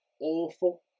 awful